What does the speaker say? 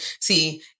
See